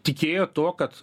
tikėjo tuo kad